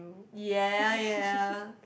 ya ya